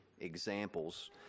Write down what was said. examples